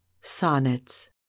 sonnets